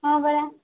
ହଁ ପରା